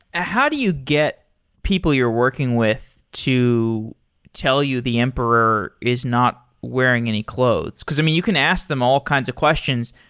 how do you get people you're working with to tell you the emperor is not wearing any clothes? because i mean you can ask them all kinds of questions.